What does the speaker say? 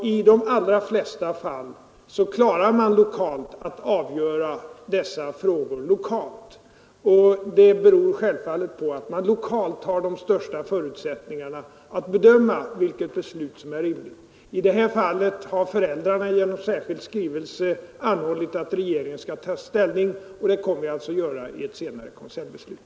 I de allra flesta fall kan man lokalt klara av dessa frågor, och det beror självfallet på att man på detta plan har de största förutsättningarna att bedöma vilket beslut som är rimligt. I detta fall har föräldrarna genom särskild skrivelse anhållit att regeringen skall ta ställning, och det kommer vi alltså att göra i ett senare konseljbeslut.